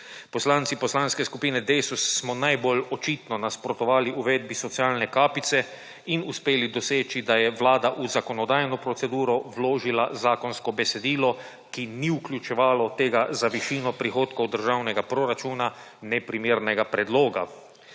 Poslanci Poslanske skupine Desus smo najbolj očitno nasprotovali uvedbi socialne kapice in uspeli doseči, da je Vlada v zakonodajno proceduro vložila zakonsko besedilo, ki ni vključevalo tega za višino prihodkov državnega proračuna neprimernega predloga.